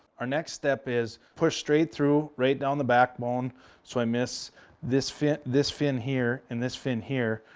our next step is push straight through right down the backbone so i miss this fin this fin here and this fin here.